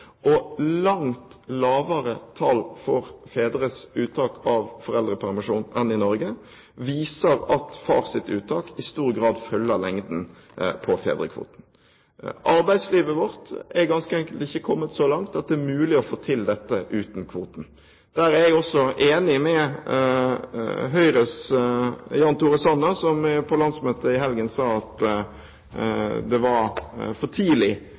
har langt lavere tall for fedres uttak av foreldrepermisjon enn Norge – viser at fars uttak i stor grad følger lengden på fedrekvoten. Arbeidslivet vårt er ganske enkelt ikke kommet så langt at det er mulig å få til dette uten kvoten. Der er jeg også enig med Høyres Jan Tore Sanner, som på landsmøtet i helgen sa at det var for tidlig